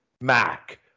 Mac